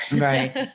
Right